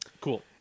Cool